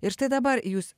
ir štai dabar jūs